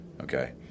okay